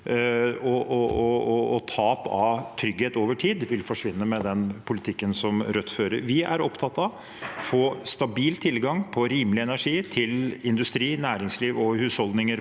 og tap av trygghet over tid vil forsvinne med den politikken Rødt fører. Vi er opptatt av å få stabil tilgang på rimelig energi til industri, næringsliv og husholdninger.